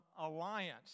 alliance